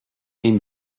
این